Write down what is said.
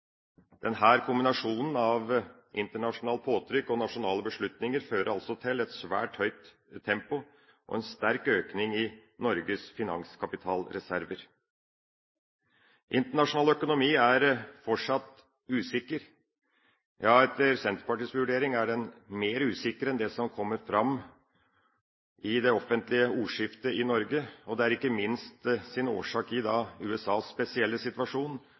den mer usikker enn det som kommer fram i det offentlige ordskiftet i Norge. Det har ikke minst sin årsak i USAs spesielle situasjon,